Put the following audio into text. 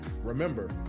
Remember